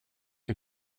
les